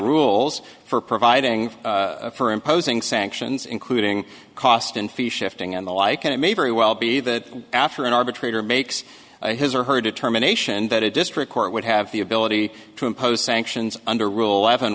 rules for providing for imposing sanctions including cost and fee shifting and the like and it may very well be that after an arbitrator makes his or her determination that a district court would have the ability to impose sanctions under rule aven